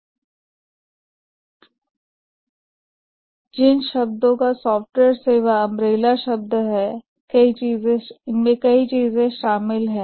लेकिन यह सॉफ्टवेयर सेवा शब्द एक अम्ब्रेला शब्द है इसमें बहुत सी चीजें शामिल हैं